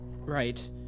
Right